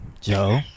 Joe